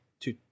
two